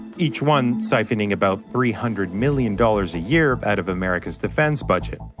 each one siphoning about three hundred million dollars a year out of america's defense budget.